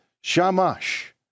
Shamash